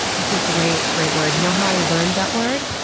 it's a great, great word. you know how i learned that word?